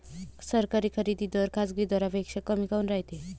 सरकारी खरेदी दर खाजगी दरापेक्षा कमी काऊन रायते?